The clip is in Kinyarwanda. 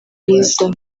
bwiza